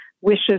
wishes